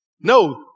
No